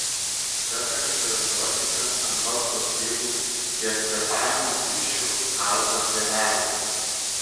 sergančiojo žiotyse ant balso stygų ties kvėpavimo plyšiu auga plėvelės